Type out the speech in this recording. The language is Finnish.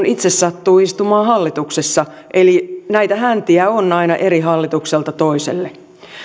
itse sattuu istumaan hallituksessa eli näitä häntiä on aina eri hallitukselta toiselle